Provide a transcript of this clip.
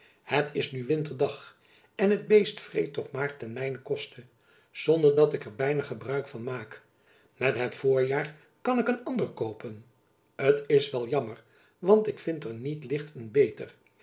het is nu winterdag en het beest vreet toch maar ten mijnen koste zonder dat ik er byna gebruik van maak met het voorjaar kan ik een ander koopen t is wel jammer want ik vind er niet licht een beter